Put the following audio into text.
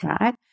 Right